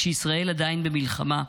כשישראל עדיין במלחמה,